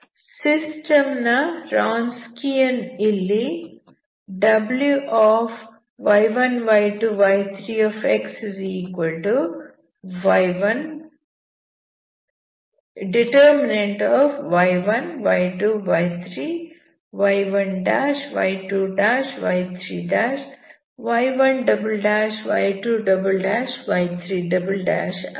system ನ ರಾನ್ಸ್ಕಿಯನ್ ಇಲ್ಲಿ ಆಗಿದೆ